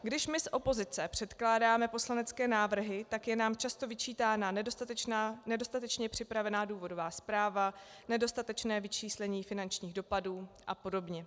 Když my z opozice předkládáme poslanecké návrhy, tak je nám často vyčítána nedostatečně připravená důvodová zpráva, nedostatečné vyčíslení finančních dopadů a podobně.